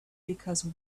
because